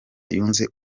yunze